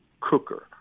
cooker